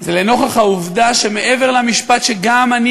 זה לנוכח העובדה שמעבר למשפט שגם אני